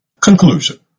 Conclusion